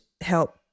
help